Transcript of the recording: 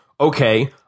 okay